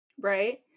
Right